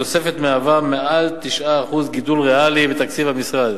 התוספת מהווה מעל ל-9% גידול ריאלי בתקציב המשרד.